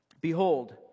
Behold